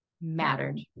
mattered